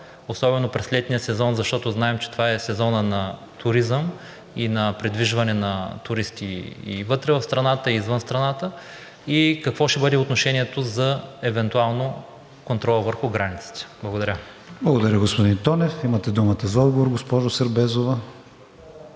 особено през летния сезон, защото знаем, че това е сезон на туризъм и на придвижване на туристи – и вътре в страната, и извън страната, и какво ще бъде отношението за евентуален контрол върху границите? Благодаря. ПРЕДСЕДАТЕЛ КРИСТИАН ВИГЕНИН: Благодаря, господин Тонев. Имате думата за отговор, госпожо Сербезова.